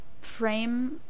frame